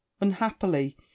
Unhappily